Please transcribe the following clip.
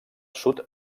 sud